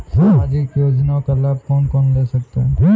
सामाजिक योजना का लाभ कौन कौन ले सकता है?